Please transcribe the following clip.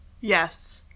yes